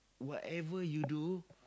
whatever you do